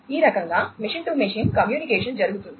ఈ రకంగా machine to machine communication జరుగుతుంది